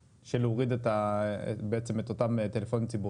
להוריד את בעצם את אותם הטלפונים הציבוריים.